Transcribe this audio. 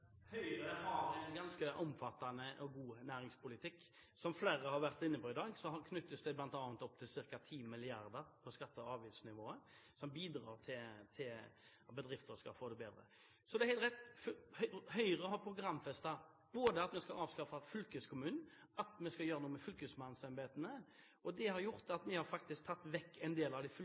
Høyre har en ganske omfattende og god næringspolitikk. Som flere har vært inne på i dag, knyttes det bl.a. opp til ca. 10 mrd. kr på skatte- og avgiftsnivået, som bidrar til at bedrifter skal få det bedre. Så det er helt rett. Høyre har programfestet både at vi skal avskaffe fylkeskommunen, og at vi skal gjøre noe med fylkesmannsembetene. Det har gjort at vi faktisk har tatt vekk en del av de